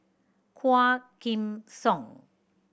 Quah Kim Song